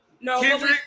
no